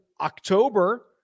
October